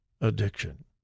addiction